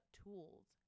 tools –